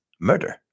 murder